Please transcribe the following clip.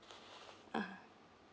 (uh huh)